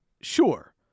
Sure